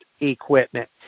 equipment